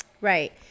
right